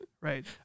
right